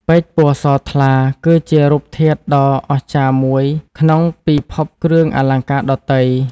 ពេជ្រ ពណ៌សថ្លា គឺជារូបធាតុដ៏អស្ចារ្យមួយក្នុងពីភពគ្រឿងអលង្ការដទៃ។